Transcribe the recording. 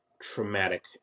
traumatic